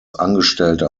angestellter